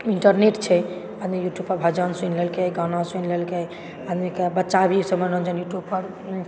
internet छै आदमी YouTube पर भजन सुनि लेलकै गाना सुनि लेलकै आदमीके बच्चा भी ओहिसॅं युट्युब पर